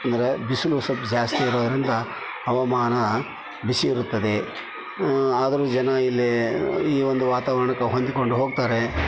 ಅಂದರೆ ಬಿಸಿಲು ಸ್ವಲ್ಪ ಜಾಸ್ತಿ ಇರೋದರಿಂದ ಹವಾಮಾನ ಬಿಸಿ ಇರುತ್ತದೆ ಆದರೂ ಜನ ಇಲ್ಲಿಯೇ ಈ ಒಂದು ವಾತವರಣಕ್ಕೆ ಹೊಂದಿಕೊಂಡು ಹೋಗ್ತಾರೆ